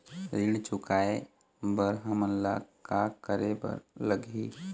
ऋण चुकाए बर हमन ला का करे बर लगही?